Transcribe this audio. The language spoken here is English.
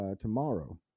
tomorrow